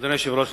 אדוני היושב-ראש,